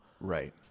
right